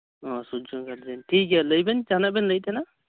ᱚᱻ ᱥᱩᱨᱡᱚᱨᱮᱱ ᱜᱟᱨᱡᱮᱱ ᱴᱷᱤᱠ ᱜᱮᱭᱟ ᱢᱟ ᱞᱟᱹᱭ ᱵᱮᱱ ᱡᱟᱦᱟᱸᱱᱟᱜ ᱵᱮᱱ ᱞᱟᱹᱭᱮᱫ ᱛᱟᱦᱮᱸᱱᱟ